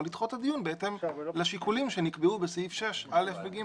או לדחות את הדיון בהתאם לשיקולים שנקבעו בסעיף 6(א) ו-(ג).